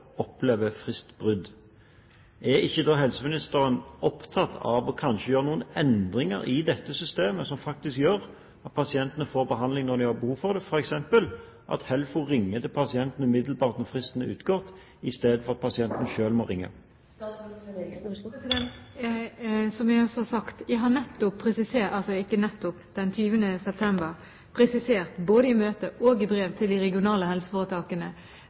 opplever fristbrudd. Er ikke helseministeren opptatt av kanskje å gjøre noen endringer i dette systemet som gjør at pasientene faktisk får behandling når de har bruk for den, f.eks. at HELFO ringer til pasienten umiddelbart når fristen er utgått, istedenfor at pasienten selv må ringe? Som jeg også har sagt: Den 20. september presiserte jeg både i møte med og i brev til de regionale helseforetakene